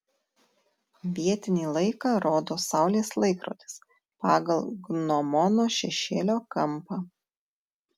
vietinį laiką rodo saulės laikrodis pagal gnomono šešėlio kampą